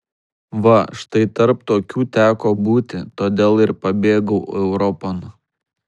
va štai tarp tokių teko būti todėl ir pabėgau europon